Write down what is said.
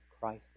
Christ